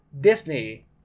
Disney